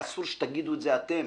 ואסור שתגידו את זה גם אתם,